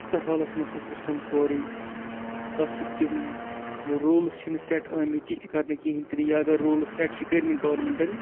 اَسستحالَس منٛز سُہ سِسٹَم سورُے تَتھ چھِنہٕ تِم روٗلٕز چھِنہٕ سیٹ آمٕتۍ تِتھۍ کَرنہٕ کِہیٖنۍ تہِ نہٕ یا اگر روٗلٕز سیٹ چھِ کٔرمٕتۍ گورمٮ۪نٛٹَن